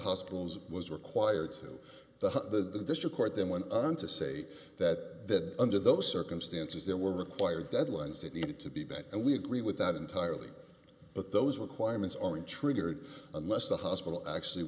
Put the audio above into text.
hospitals was required to the district court then one to say that under those circumstances there were required deadlines that needed to be better and we agree with that entirely but those requirements on triggered unless the hospital actually